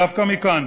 דווקא מכאן,